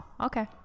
okay